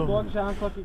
duok ženklą kai